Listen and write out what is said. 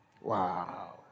Wow